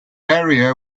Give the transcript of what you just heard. area